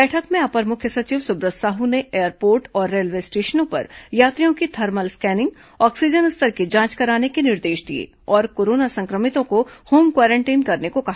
बैठक में अपर मुख्य सचिव सुब्रत साहू ने एयरपोर्ट और रेल्वे स्टेशनों पर यात्रियों की थर्मल स्केनिंग ऑक्सीजन स्तर की जांच कराने के निर्देश दिए और कोरोना संक्रमितों को होम क्वारेंटीन कराने को कहा